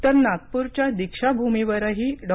तर नागपूरच्या दीक्षाभूमीवरही डॉ